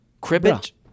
cribbage